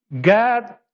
God